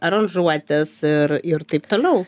aranžuotes ir ir taip toliau